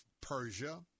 persia